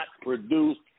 produced